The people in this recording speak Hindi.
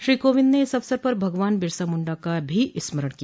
श्री कोविंद ने इस अवसर पर भगवान बिरसा मुंडा का भी स्मरण किया